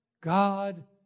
God